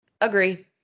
Agree